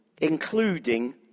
including